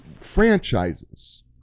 franchises